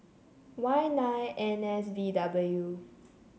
Y nine N S V W